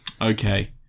okay